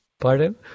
Pardon